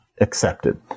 accepted